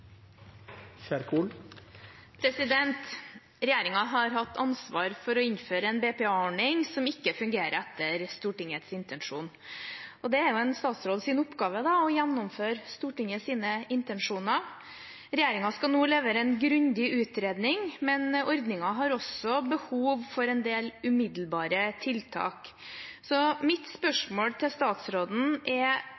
å ha innført en BPA-ordning som ikke fungerer etter Stortingets intensjon. Det er en statsråds oppgave å gjennomføre Stortingets intensjoner. Regjeringen skal nå levere en grundig utredning, men ordningen har også behov for en del umiddelbare tiltak. Mitt